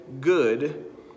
good